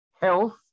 health